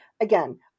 again